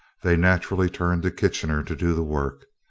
they naturally turned to kitchener to do the work.